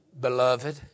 beloved